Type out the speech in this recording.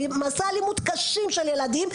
ומעשי אלימות קשים של הילדים.